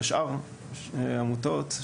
ושאר העמותות,